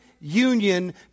union